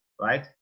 right